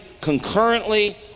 concurrently